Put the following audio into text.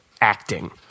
acting